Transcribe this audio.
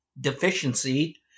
deficiency